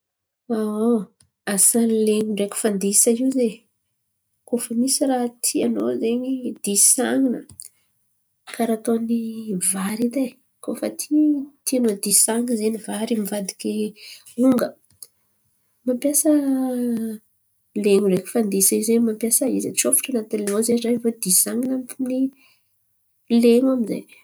Asan’ny len̈o ndraiky fandisa io ze koa fa misy raha tianô zen̈y disan̈ina karà ataony vary edy e. Koa tianô disan̈iny zen̈y vary mivadiky onga mampiasa len̈o ndraiky fandisa in̈y ze mampiasa izy, atrofotro an̈atiny len̈o ao de disan̈iny amin’ny len̈o amizay.